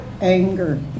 anger